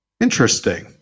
Interesting